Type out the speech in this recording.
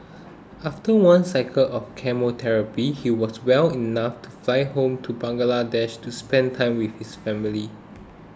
after one cycle of chemotherapy he was well enough to fly home to Bangladesh to spend time with his family